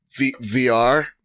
VR